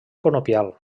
conopial